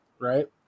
right